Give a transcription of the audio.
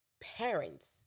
parents